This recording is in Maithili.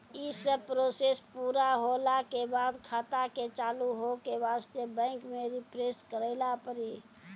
यी सब प्रोसेस पुरा होला के बाद खाता के चालू हो के वास्ते बैंक मे रिफ्रेश करैला पड़ी?